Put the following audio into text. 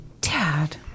Dad